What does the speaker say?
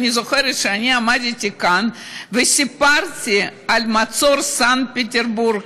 אני זוכרת שעמדתי כאן וסיפרתי על מצור סנט פטרסבורג,